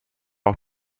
auch